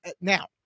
now